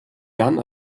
dann